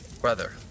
Brother